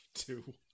Two